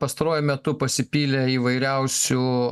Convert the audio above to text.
pastaruoju metu pasipylė įvairiausių